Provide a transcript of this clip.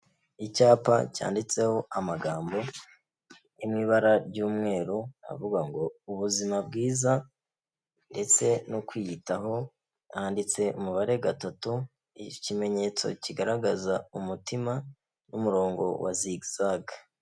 Icyapa cyanditseho amagambo ari mu ibara ry'umweru, avuga ngo ubuzima bwiza ndetse no kwiyitaho, handitse umubare gatatu, ikimenyetso kigaragaza umutima n'umurongo wa zigizage.